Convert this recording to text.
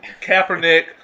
Kaepernick